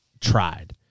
tried